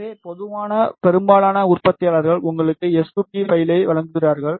எனவே பொதுவாக பெரும்பாலான உற்பத்தியாளர்கள் உங்களுக்கு எஸ்2பி பைலை வழங்குகிறார்கள்